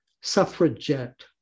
Suffragette